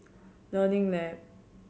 Learning Lab